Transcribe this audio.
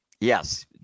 yes